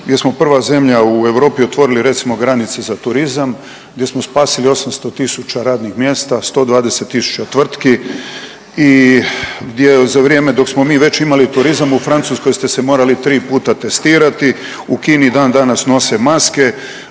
gdje smo prva zemlja u Europi otvorili recimo granice za turizam, gdje smo spasili 800 tisuća radnih mjesta, 120 tisuća tvrtki i gdje za vrijeme dok smo mi već imali turizam u Francuskoj ste se morali tri puta testirati, u Kini dan danas nose maske,